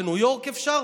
בניו יורק אפשר?